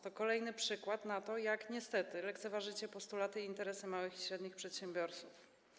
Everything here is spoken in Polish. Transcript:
To kolejny przykład na to, jak niestety lekceważycie postulaty i interesy małych i średnich przedsiębiorców.